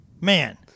man